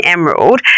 Emerald